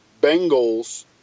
Bengals